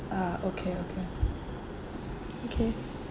uh okay okay okay